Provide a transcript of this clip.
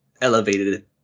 elevated